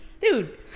Dude